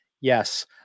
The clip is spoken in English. Yes